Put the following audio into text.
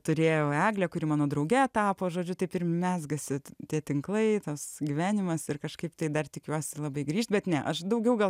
turėjau eglę kuri mano drauge tapo žodžiu taip ir mezgasi tie tinklai tas gyvenimas ir kažkaip tai dar tikiuosi labai grįš bet ne aš daugiau gal